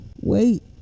Wait